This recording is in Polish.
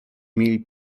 mieli